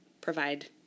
provide